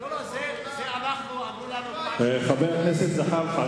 גם אם יבוא חבר הכנסת זחאלקה,